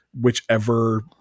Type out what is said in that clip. whichever